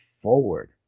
forward